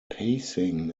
pacing